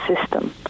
system